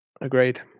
agreed